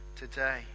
today